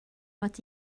fod